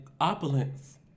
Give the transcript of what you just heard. opulence